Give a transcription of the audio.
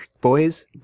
Boys